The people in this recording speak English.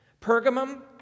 Pergamum